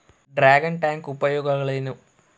Dragon tank ಉಪಯೋಗಗಳೇನು?